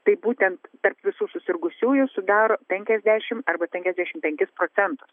tai būtent tarp visų susirgusiųjų sudaro penkiasdešimt arba penkiasdešimt penkis procentus